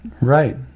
Right